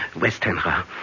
Westenra